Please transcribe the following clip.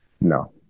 No